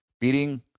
beating